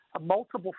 multiple